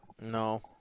No